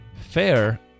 fair